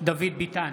דוד ביטן,